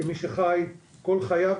שירות הלקוחות בחברת אל-על,